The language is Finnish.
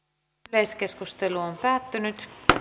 yleiskeskustelu päättyi